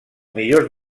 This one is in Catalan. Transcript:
millors